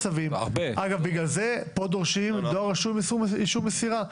אגב, לכן כאן דורשים דואר רשום, אישור מסירה.